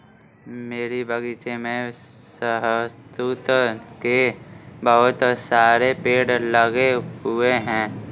मेरे बगीचे में शहतूत के बहुत सारे पेड़ लगे हुए हैं